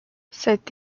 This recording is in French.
cet